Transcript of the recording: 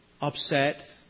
upset